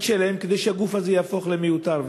שלהם כדי שהגוף הזה יהפוך למיותר.